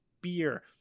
Beer